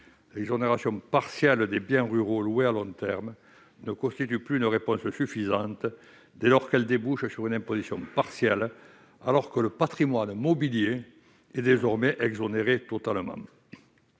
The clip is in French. L'exonération partielle des biens ruraux loués à long terme ne constitue plus une réponse suffisante dès lors qu'elle débouche sur une imposition partielle et que le patrimoine mobilier est désormais exonéré totalement.